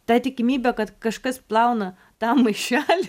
ta tikimybė kad kažkas plauna tą maišelį